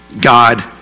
God